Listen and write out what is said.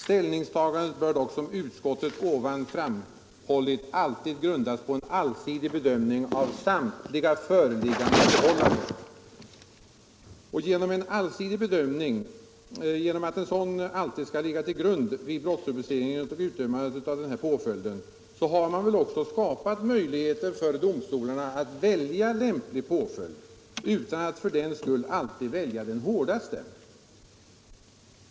Ställningstagandet bör dock som utskottet ovan framhållit alltid grundas på en allsidig bedömning av samtliga föreliggande förhållanden.” Genom att en allsidig bedömning skall ligga till grund vid brottsrubriceringen vid utdömandet av påföljden har man väl också skapat möjligheter för domstolarna att välja lämplig påföljd utan att för den skull alltid välja det hårdaste straffet.